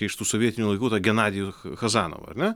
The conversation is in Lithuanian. iš tų sovietinių laikų tą genadijų cha chazanovą ar ne